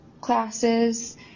classes